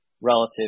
relative